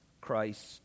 Christ